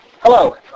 Hello